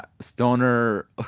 Stoner